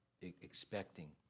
expecting